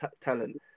talent